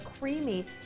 creamy